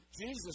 Jesus